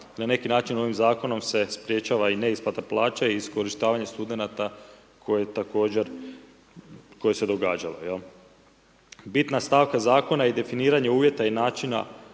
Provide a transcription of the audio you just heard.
Na neki način ovim zakonom se sprječava i neisplata plaća i iskorištavanje studenata koji također, koji su se događali. Bitan stavka zakona je definiranje uvjeta i načina